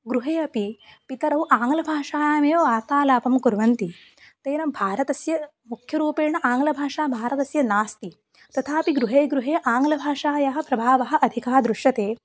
गृहे अपि पितरौ आङ्ग्लभाषायामेव वार्तालापं कुर्वन्ति तेन भारतस्य मुख्यरूपेण आङ्ग्लभाषा भारतस्य नास्ति तथापि गृहे गृहे आङ्ग्लभाषायाः प्रभावः अधिकः दृश्यते